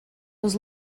was